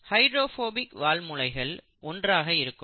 hydrophobic வால் முனைகள் ஒன்றாக இருக்கும்